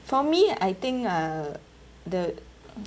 for me I think uh the